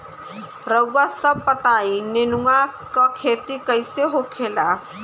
रउआ सभ बताई नेनुआ क खेती कईसे होखेला?